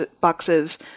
boxes